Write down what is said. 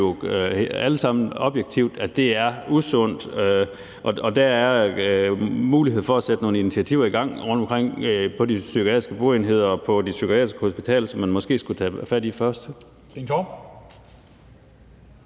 folk bare blive pacificeret. Og der er muligheder for at sætte nogle initiativer i gang rundtomkring på de psykiatriske boenheder og på de psykiatriske hospitaler, som man måske skulle tage fat i først.